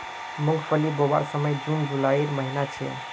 मूंगफली बोवार समय जून जुलाईर महिना छे